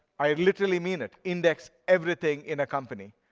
i literally mean it index everything in a company.